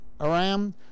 Aram